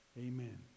amen